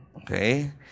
okay